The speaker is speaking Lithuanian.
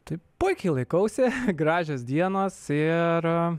tai puikiai laikausi gražios dienos ir